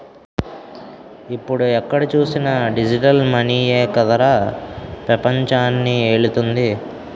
ఇప్పుడు ఎక్కడ చూసినా డిజిటల్ మనీయే కదరా పెపంచాన్ని ఏలుతోంది